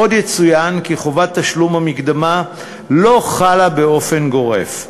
עוד יצוין כי חובת תשלום המקדמה לא חלה באופן גורף,